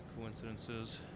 coincidences